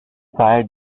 fire